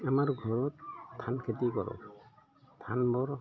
আমাৰ ঘৰত ধান খেতি কৰোঁ ধানবোৰ